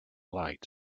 light